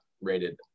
rated